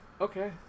Okay